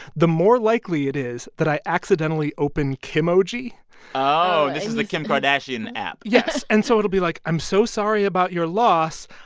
the more likely it is that i accidentally open kimoji oh, this is the kim kardashian app yes. and so it'll be like, i'm so sorry about your loss.